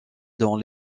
dans